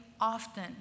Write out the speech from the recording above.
often